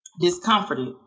discomforted